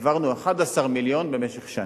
והעברנו 11 מיליון במשך שנה.